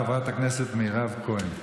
חברת הכנסת מירב כהן.